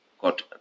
got